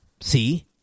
See